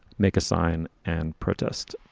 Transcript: make. so design and protest.